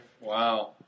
Wow